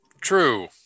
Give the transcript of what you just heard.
True